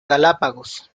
galápagos